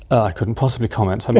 i couldn't possibly comment.